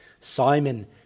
Simon